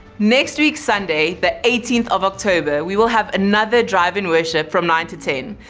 next week sunday, the eighteenth of october we will have another drive-in worship from nine to ten.